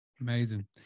Amazing